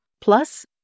Plus